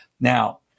Now